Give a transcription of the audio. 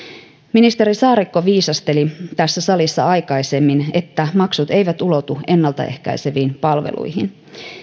ministeri saarikko viisasteli tässä salissa aikaisemmin että maksut eivät ulotu ennalta ehkäiseviin palveluihin